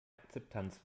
akzeptanz